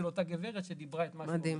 זה לאותה גברת שדיברה את מה שהוא אמר.